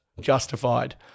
justified